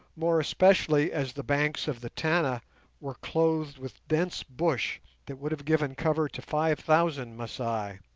more especially as the banks of the tana were clothed with dense bush that would have given cover to five thousand masai,